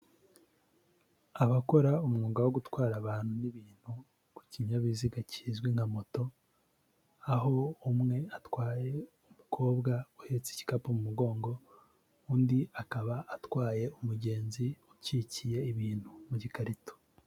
Abakora umwuga wo gutwara abantu n'ibintu ku kinyabiziga kizwi nka moto, aho umwe atwaye umukobwa uhetse igikapu mu mugongo undi akaba atwaye umugenzi ukikiye ibintu mu gikarito.